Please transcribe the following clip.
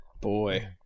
Boy